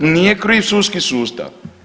Nije kriv sudski sustav.